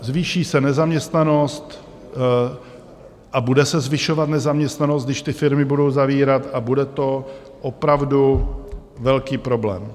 Zvýší se nezaměstnanost a bude se zvyšovat nezaměstnanost, když ty firmy budou zavírat, a bude to opravdu velký problém.